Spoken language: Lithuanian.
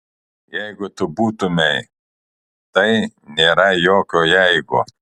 jeigu tu būtumei tai nėra jokio jeigu